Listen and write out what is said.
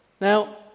Now